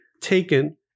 taken